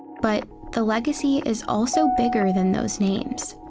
but the legacy is also bigger than those names.